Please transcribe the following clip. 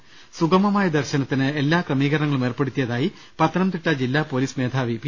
് സുഗമമായ ദർശനത്തിന് എല്ലാ ക്രമീകരണങ്ങളും ഏർപ്പെടുത്തിയ തായി പത്തനംതിട്ട ജില്ലാ പൊലീസ് മേധാവി പി